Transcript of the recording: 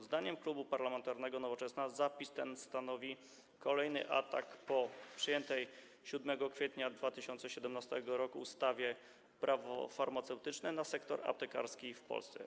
Zdaniem klubu parlamentarnego Nowoczesna zapis ten stanowi kolejny, po przyjętej 7 kwietnia 2017 r. ustawie Prawo farmaceutyczne, atak na sektor aptekarski w Polsce.